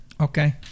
Okay